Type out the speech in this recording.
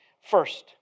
First